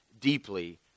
deeply